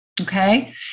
Okay